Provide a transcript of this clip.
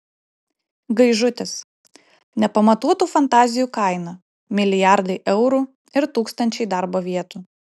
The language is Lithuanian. gaižutis nepamatuotų fantazijų kaina milijardai eurų ir tūkstančiai darbo vietų